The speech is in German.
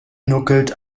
nuckelt